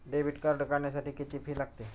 Debit card काढण्यासाठी किती fee लागते?